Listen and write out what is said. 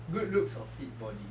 good looks or fit body